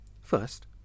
First